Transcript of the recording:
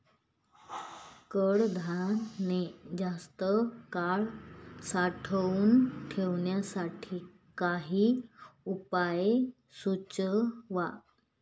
कडधान्य जास्त काळ साठवून ठेवण्यासाठी काही उपाय सुचवा?